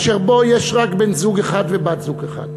אשר בו יש רק בן-זוג אחד ובת-זוג אחת